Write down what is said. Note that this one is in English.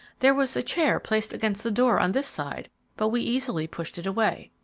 there was a chair placed against the door on this side but we easily pushed it away.